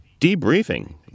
debriefing